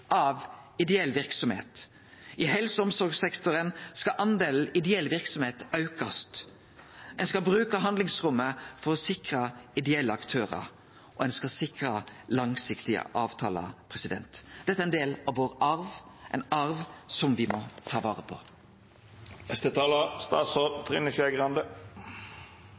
av ideell verksemd. I helse- og omsorgssektoren skal delen med ideell verksemd aukast. Ein skal bruke handlingsrommet for å sikre ideelle aktørar, og ein skal sikre langsiktige avtalar. Dette er ein del av arven vår – ein arv som me må ta vare